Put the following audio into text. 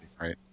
right